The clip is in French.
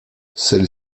celle